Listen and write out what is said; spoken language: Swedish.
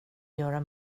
göra